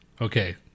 okay